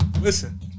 listen